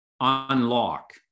unlock